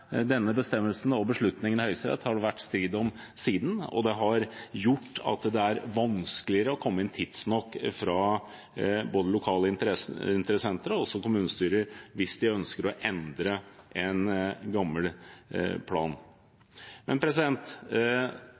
Denne beslutningen i Høyesterett har det vært strid om siden, og den har ført til at det er vanskeligere å komme inn tidsnok, både fra lokale interessenter og fra kommunestyrer, hvis de ønsker å endre en gammel plan.